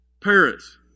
Parents